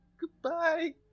Goodbye